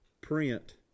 print